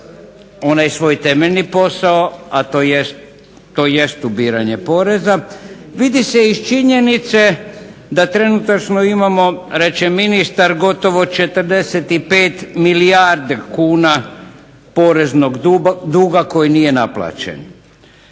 onaj svoj temeljni posao, a to jest ubiranje poreza vidi se iz činjenice da trenutačno imamo reče ministar gotovo 45 milijarde kuna poreznog duga koji nije naplaćen.